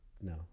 no